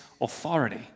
authority